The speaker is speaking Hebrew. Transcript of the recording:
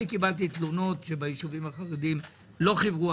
קיבלתי תלונות על כך שביישובים החרדיים לא חיברו,